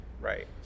right